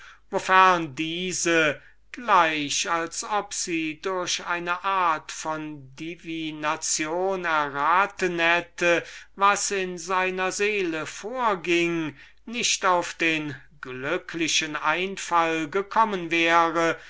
diese gleich als ob sie durch eine art von divination erraten hätte was in seiner seele vorging nicht auf den glücklichen einfall gekommen wäre